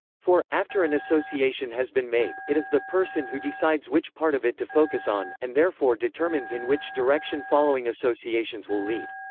for, after an association has been made, it is the person who decides which part of it to focus on, and therefore determines in which direction following associations will lead.